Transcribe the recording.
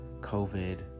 COVID